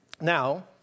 Now